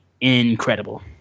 incredible